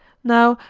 now,